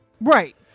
right